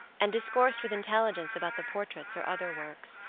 and discoursed with intelligence about the portraits or other works,